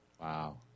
Wow